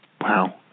Wow